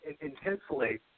intensely